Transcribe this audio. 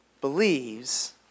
believes